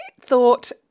thought